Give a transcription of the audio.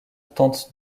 tente